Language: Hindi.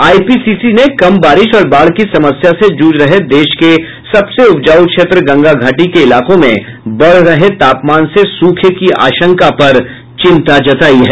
आईपीसीसी ने कम बारिश और बाढ़ की समस्या से जूझ रहे देश के सबसे उपजाऊ क्षेत्र गंगा घाटी के इलाकों में बढ़ रहे तापमान से सूखे की आशंका पर चिंता जतायी है